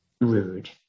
rude